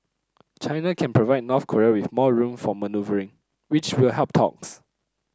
China can provide North Korea with more room for manoeuvring which will help talks